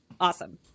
Awesome